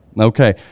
okay